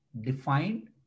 defined